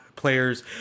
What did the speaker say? players